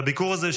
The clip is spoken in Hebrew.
לביקור הזה,